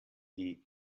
die